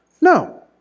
No